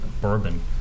bourbon